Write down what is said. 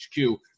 HQ